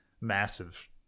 massive